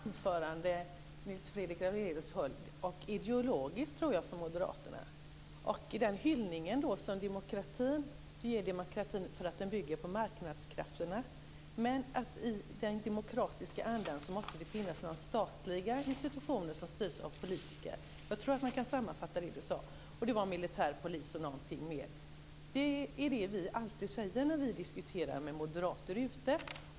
Fru talman! Det var ett intressant anförande som Nils Fredrik Aurelius höll. Jag tror att det var ideologiskt för moderaterna i den hyllning han ger demokratin för att den bygger på marknadskrafterna. Men i den demokratiska andan måste det finnas några statliga institutioner som styrs av politiker. Jag tror att man kan sammanfatta det Nils Fredrik Aurelius sade så. Det var militär, polis och någonting mer. Det är det vi alltid säger när vi diskuterar med moderater på annat håll.